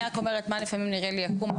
אני רק אומרת מה לפעמים נראה לי עקום,